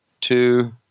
two